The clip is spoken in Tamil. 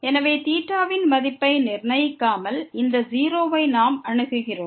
எனவே வின் மதிப்பை நிர்ணயிக்காமல் இந்த 0 ஐ நாம் அணுகுகிறோம்